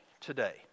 today